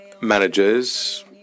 managers